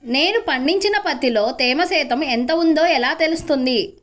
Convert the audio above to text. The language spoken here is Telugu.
నేను పండించిన పత్తిలో తేమ శాతం ఎంత ఉందో ఎలా తెలుస్తుంది?